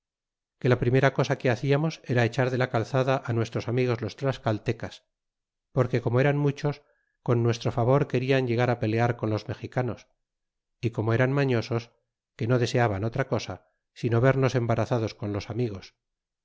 que la primera cosa que haciamos era echar de la calzada nuestros amigos los tlascaltecas porque como eran muchos con nuestro favor querian llegar pelear con los mexicanos y como eran mañosos que no deseaban otra cosa sino vernos embarazados con los amigos